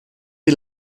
die